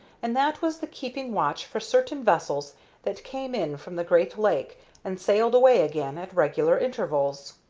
and that was the keeping watch for certain vessels that came in from the great lake and sailed away again at regular intervals.